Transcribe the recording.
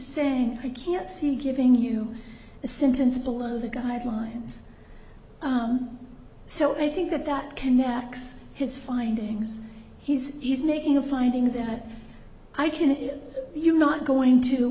saying i can't see giving you the sentence below the guidelines so i think that that connex his findings he's he's making a finding that i can you're not going to